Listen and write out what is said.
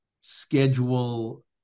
schedule